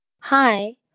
Hi